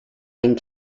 and